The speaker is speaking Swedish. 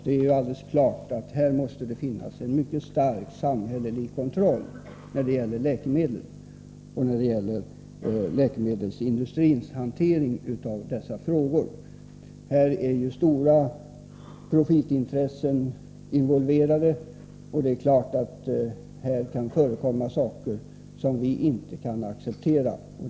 Det är helt klart att det måste finnas en mycket stark samhällelig kontroll av läkemedel och läkemedelsindustrin. Stora profitintressen är ju involverade, och det är klart att det kan förekomma sådant som vi inte kan acceptera.